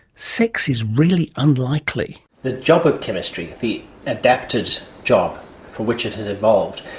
sex is really unlikely. the job of chemistry, the adapted job for which it has evolved,